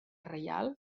reial